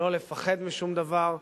לא לפחד משום דבר.